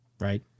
right